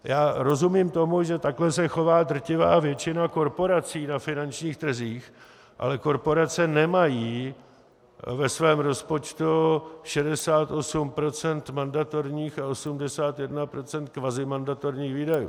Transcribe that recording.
Já rozumím tomu, že takhle se chová drtivá většina korporací na finančních trzích, ale korporace nemají ve svém rozpočtu 68 % mandatorních a 81 % kvazimandatorních výdajů.